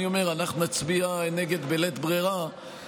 אני אומר שאנחנו נצביע נגד בלית ברירה,